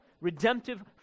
redemptive